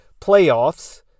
playoffs